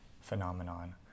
phenomenon